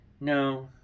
No